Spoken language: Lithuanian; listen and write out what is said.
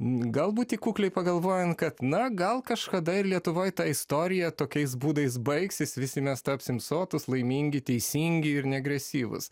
galbūt tik kukliai pagalvojant kad na gal kažkada ir lietuvoj ta istorija tokiais būdais baigsis visi mes tapsim sotūs laimingi teisingi ir neagresyvūs